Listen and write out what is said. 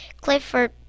Clifford